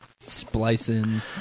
splicing